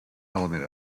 element